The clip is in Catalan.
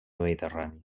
mediterrani